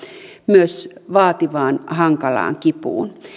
myös vaativaan hankalaan kipuun